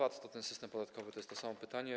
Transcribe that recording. VAT to ten system podatkowy, to jest to samo pytanie.